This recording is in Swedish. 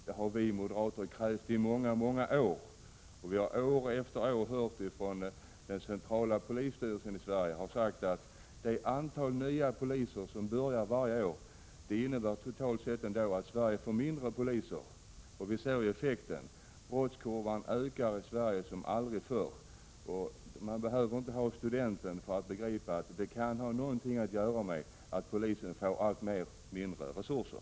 Det har vi moderater krävt i många, många år, och vi har år efter år hört hur den centrala polisstyrelsen i Sverige har sagt att med det antal nya poliser som börjar varje år får landet totalt färre poliser. Vi ser effekten: Brottskurvan ökar i Sverige som aldrig förr. Man behöver inte ha studenten för att begripa att det kan ha någonting att göra med att polisen får allt mindre resurser.